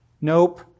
nope